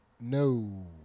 No